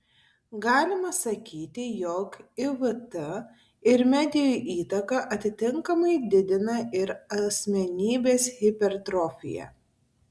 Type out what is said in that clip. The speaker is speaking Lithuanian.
galima sakyti jog ivt ir medijų įtaka atitinkamai didina ir asmenybės hipertrofiją